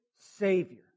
savior